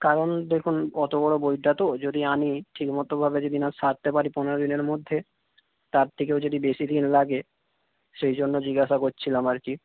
কারণ দেখুন অত বড় বইটা তো যদি আমি ঠিকমতোভাবে যদি না সারতে পারি পনেরো দিনের মধ্যে তার থেকেও যদি বেশি দিন লাগে সেই জন্য জিজ্ঞাসা করছিলাম আর কি